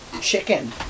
chicken